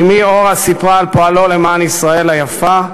אמי אורה סיפרה על פועלו למען ישראל היפה,